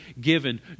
given